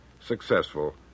successful